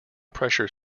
pressure